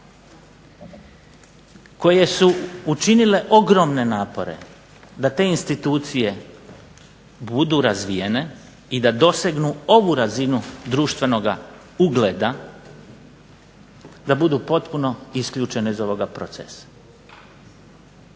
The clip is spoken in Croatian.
koje su učinile ogromne napore da te institucije budu razvijene i da dosegnu ovu razinu društvenog ugleda da budu potpuno isključene iz ovog procesa?